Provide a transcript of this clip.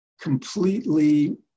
completely